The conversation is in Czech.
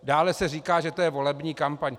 Dále se říká, že to je volební kampaň.